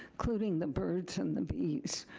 including the birds and the bees.